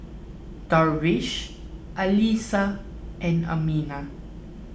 Darwish Alyssa and Aminah